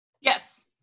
Yes